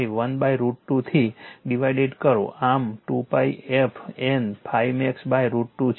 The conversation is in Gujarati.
તેથી આને 1 √ 2 થી ડીવાઇડેડ કરો આ 2𝜋 f N ∅max √ 2 છે